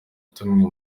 tumwe